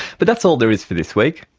but that's all there is for this week.